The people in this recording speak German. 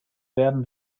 werden